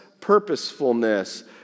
purposefulness